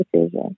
decision